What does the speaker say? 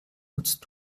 nutzt